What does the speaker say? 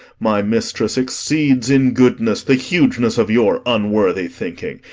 my mistress exceeds in goodness the hugeness of your unworthy thinking.